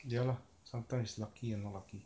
ya lah sometimes it's lucky or not lucky